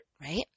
right